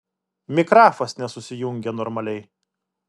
mikrafas nesusijungė normaliai